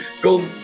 go